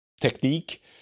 technique